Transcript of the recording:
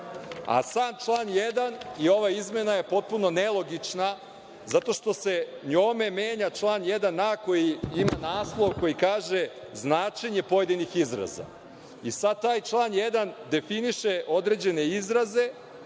a sada član 1. i ova izmena je potpuno nelogična, jer se njome menja član 1a koji ima naslov koji kaže – značenje pojedinih izraza. Sada taj član 1. definiše određene izraze,